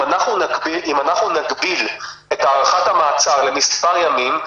אם אנחנו נגביל את הארכת המעצר למספר ימים,